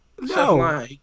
No